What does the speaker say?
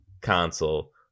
console